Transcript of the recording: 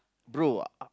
bro